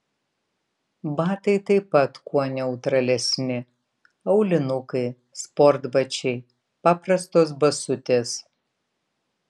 batai taip pat kuo neutralesni aulinukai sportbačiai paprastos basutės